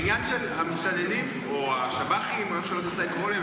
העניין של המסתננים או השב"חים או איך שלא תרצה לקרוא לזה,